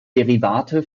derivate